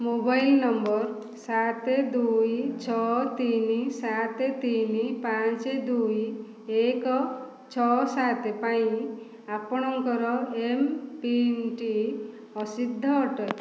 mobile ନମ୍ବର ସାତ ଦୁଇ ଛଅ ତିନି ସାତ ତିନି ପାଞ୍ଚ ଦୁଇ ଏକ ଛଅ ସାତ ପାଇଁ ଆପଣଙ୍କର ଏମ୍ପିନ୍ଟି ଅସିଦ୍ଧ ଅଟେ